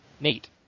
Nate